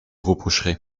reprocherait